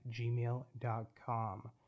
gmail.com